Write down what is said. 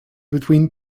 between